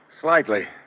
Slightly